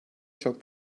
çok